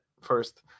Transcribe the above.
first